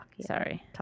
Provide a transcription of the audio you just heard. Sorry